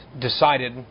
decided